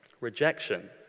Rejection